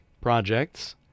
projects